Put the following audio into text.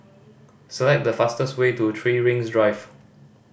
select the fastest way to Three Rings Drive